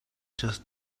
just